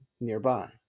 nearby